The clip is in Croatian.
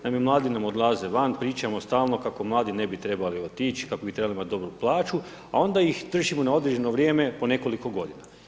Naime, mladi nam odlaze van, pričamo stalno kako mladi ne bi trebali otić, kako bi trebali imati dobru plaću, a onda ih držimo na određeno vrijeme po nekoliko godina.